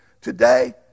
today